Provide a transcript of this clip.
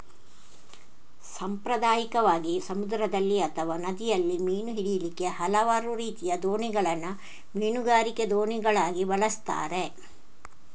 ಸಾಂಪ್ರದಾಯಿಕವಾಗಿ ಸಮುದ್ರದಲ್ಲಿ ಅಥವಾ ನದಿಯಲ್ಲಿ ಮೀನು ಹಿಡೀಲಿಕ್ಕೆ ಹಲವು ರೀತಿಯ ದೋಣಿಗಳನ್ನ ಮೀನುಗಾರಿಕೆ ದೋಣಿಗಳಾಗಿ ಬಳಸ್ತಾರೆ